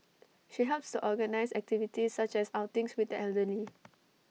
she helps to organise activities such as outings with the elderly